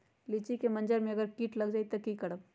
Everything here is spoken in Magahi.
लिचि क मजर म अगर किट लग जाई त की करब?